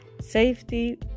safety